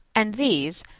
and these,